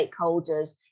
stakeholders